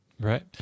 Right